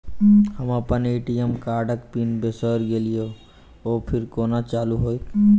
हम अप्पन ए.टी.एम कार्डक पिन बिसैर गेलियै ओ फेर कोना चालु होइत?